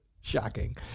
Shocking